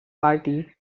party